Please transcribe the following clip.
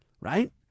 right